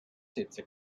sätze